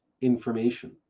information